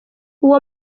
uwo